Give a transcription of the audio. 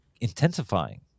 intensifying